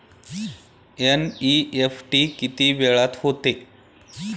NEFT किती वेळात होते?